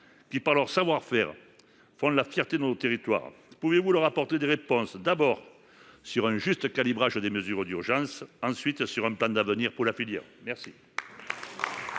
qui, par leur savoir faire, font la fierté de nos territoires ? Pouvez vous leur apporter des réponses sur le juste calibrage des mesures d’urgence et sur un plan d’avenir ambitieux pour la filière ? La